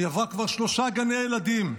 היא עברה כבר שלושה גני ילדים.